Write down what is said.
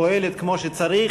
פועלת כמו שצריך.